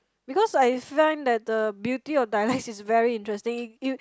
because I find that the beauty of dialects is very interesting you